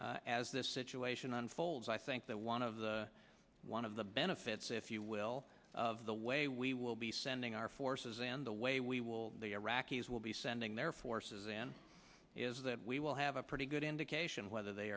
it as this situation unfolds i think that one of the one of the benefits if you will of the way we will be sending our forces and the way we will the iraqis will be sending their forces in is that we will have a pretty good indication whether they